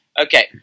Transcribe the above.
Okay